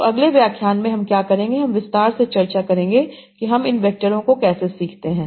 तो अगले व्याख्यान में हम क्या करेंगे हम विस्तार से चर्चा करेंगे कि हम इन वैक्टरों को कैसे सीखते हैं